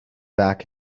back